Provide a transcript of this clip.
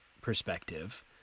perspective